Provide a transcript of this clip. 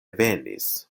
venis